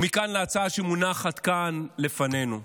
ומכאן להצעה שמונחת כאן לפנינו.